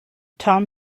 tom